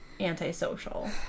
antisocial